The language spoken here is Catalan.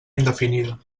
indefinida